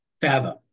fathom